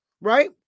right